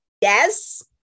Yes